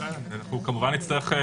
ככה עושים את זה.